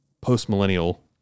post-millennial